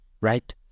right